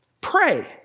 Pray